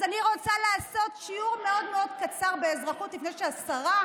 אז אני רוצה לעשות שיעור מאוד מאוד קצר באזרחות לפני שהשרה